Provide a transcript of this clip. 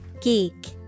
Geek